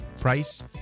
price